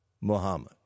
Muhammad